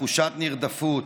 תחושת נרדפות,